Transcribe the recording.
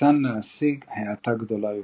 ניתן להשיג האטה גדולה יותר.